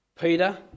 Peter